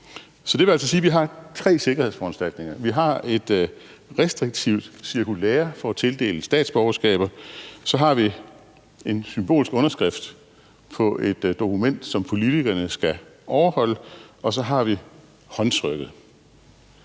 Det vil altså sige, at vi har tre sikkerhedsforanstaltninger. Vi har et restriktivt cirkulære for at tildele statsborgerskaber. Så har vi en symbolsk underskrift på et dokument over noget, som politikerne skal overholde. Og så har vi håndtrykket.